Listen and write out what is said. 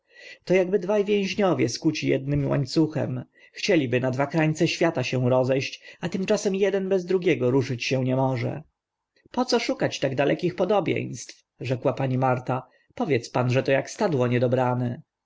to akby dwa więźniowie skuci ednym łańcuchem chcieliby na dwa krańce świata się roze ść a tymczasem eden bez drugiego ruszyć się nie może po co szukać tak dalekich podobieństw rzekła pani marta powiedz pan że to ak stadło niedobrane